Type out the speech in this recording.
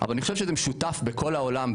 אבל אני חושב שזה משותף בכל העולם,